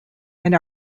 and